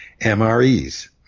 MREs